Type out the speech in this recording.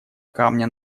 камня